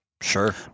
sure